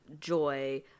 joy